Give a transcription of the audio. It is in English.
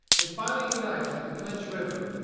it finally unites with the clinch river,